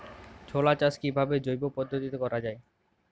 ছোলা চাষ কিভাবে জৈব পদ্ধতিতে করা যায়?